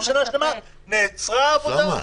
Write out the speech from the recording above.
שנה שלמה נעצרה העבודה?